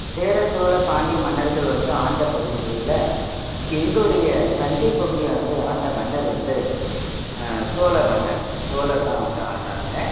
சேர சோழ பாண்டிய மன்னர்கள் வந்து ஆண்ட பகுதிகளில் எங்களுடைய தஞ்சைப் பகுதியை வந்து ஆண்ட மன்னர் வந்து சோழ மன்னர் சோழர் தான் வந்து ஆண்டாங்க